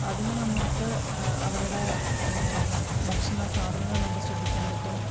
അതിന് നമുക്ക് അവരുടെ ഭക്ഷണ സാധനങ്ങൾ നമുക്ക് ശ്രദ്ധിക്കാൻ പറ്റും